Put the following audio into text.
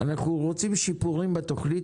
אנו רוצים שיפורים בתוכנית.